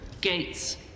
Gates